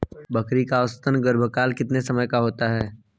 बकरी का औसतन गर्भकाल कितने समय का होता है?